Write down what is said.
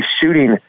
shooting